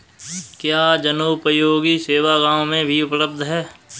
क्या जनोपयोगी सेवा गाँव में भी उपलब्ध है?